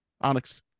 Onyx